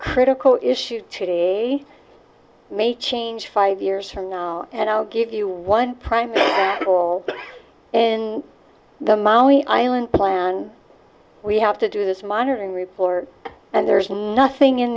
critical issue today may change five years from now and i'll give you one prime goal in the mommy island plan and we have to do this monitoring report and there's nothing in